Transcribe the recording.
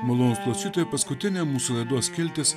malonūs klausytojai paskutinė mūsų laidos skiltis